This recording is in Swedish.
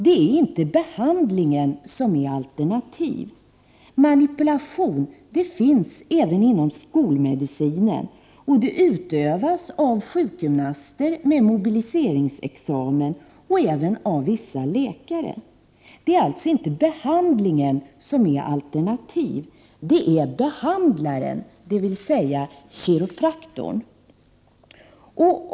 Det är nämligen inte behandlingen som är alternativ. Manipulation förekommer ju även inom skolmedicinen och utövas av sjukgymnaster med mobiliseringsexamen och av vissa läkare. Det är alltså inte behandlingen som är alternativ, utan det är behandlaren, kiropraktorn, som är alternativ.